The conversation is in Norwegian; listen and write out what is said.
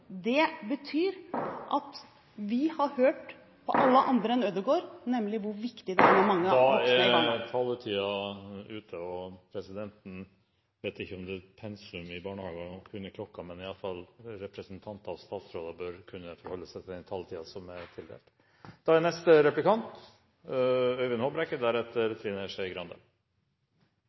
lovfestes, betyr at vi har hørt på andre enn på Ødegaard, nemlig hvor viktig det er med mange … Taletiden er ute. Presidenten vet ikke om det er pensum i barnehagen å kunne klokken, men representanter og statsråder bør iallfall kunne forholde seg til den taletiden som er tildelt. Det er